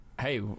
hey